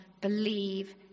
believe